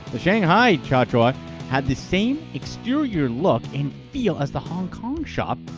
the shanghai chachawan had the same exterior look and feel as the hong kong shop,